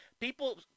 People